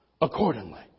accordingly